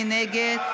מי נגד?